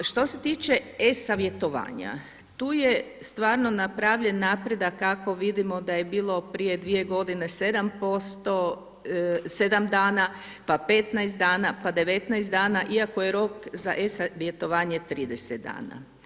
Što se tiče e-savjetovanja, tu je stvarno napravljen napredak, kako vidimo da je bilo prije 2 g. 7 dana, pa 15 dana, pa 19 dana, iako je rok za e-savjetovanje 30 dana.